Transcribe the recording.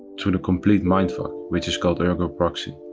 through the complete mindfuck which is called ergo proxy.